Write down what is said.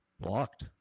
blocked